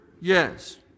Yes